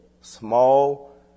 small